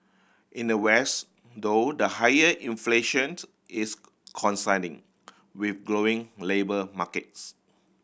in the West though the higher inflations is coinciding with glowing labour markets